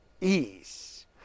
ease